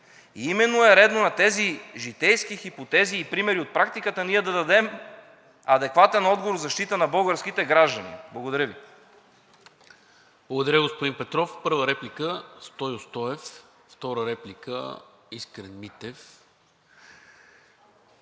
И именно е редно на тези житейски хипотези и примери от практиката ние да дадем адекватен отговор в защита на българските граждани. Благодаря Ви. ПРЕДСЕДАТЕЛ НИКОЛА МИНЧЕВ: Благодаря, господин Петров. Първа реплика – Стою Стоев, втора реплика – Искрен Митев.